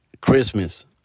Christmas